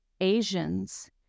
asians